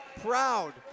proud